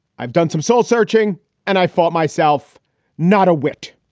i've done some soul searching and i fault myself not a whit.